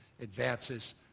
advances